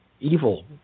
Evil